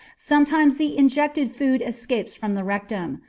sometimes the injected food escapes from the rectum.